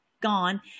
gone